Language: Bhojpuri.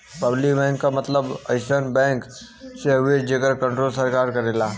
पब्लिक बैंक क मतलब अइसन बैंक से हउवे जेकर कण्ट्रोल सरकार करेला